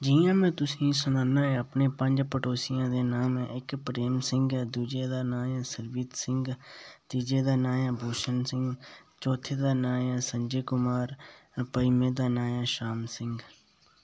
जि'यां में तुसें गी सनान्ना अपने पंज पड़ोसियें दे नांऽ इक प्रेम सिंह ऐ दूए दा नांऽ ऐ संगीत सिंह त्रीये दा नां ऐ भूषण सिंह चौथे दा नांऽ ऐ संजय कुमार ते पंजमें दा नांऽ ऐ शाम सिहं